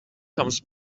comes